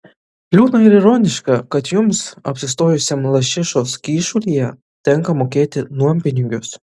liūdna ir ironiška kad jums apsistojusiam lašišos kyšulyje tenka mokėti nuompinigius